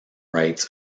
rights